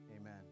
amen